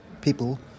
people